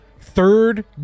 Third